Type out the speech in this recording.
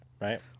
Right